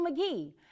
McGee